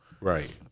Right